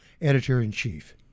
editor-in-chief